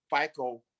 FICO